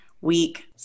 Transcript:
Week